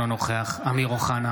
אינו נוכח אמיר אוחנה,